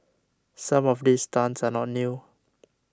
some of these stunts are not new